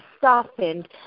softened